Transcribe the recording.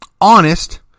honest